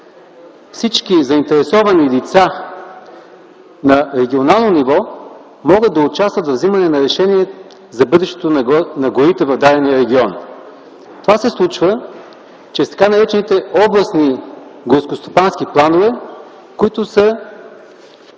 всички заинтересовани лица на регионално ниво могат да участват във вземането на решения за бъдещето на горите в дадения регион. Това се случва чрез тъй наречените областни горско-стопански планове, които са